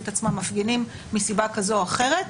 את עצמם מפגינים מסיבה כזאת או אחרת,